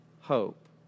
hope